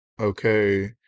Okay